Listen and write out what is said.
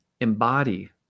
embody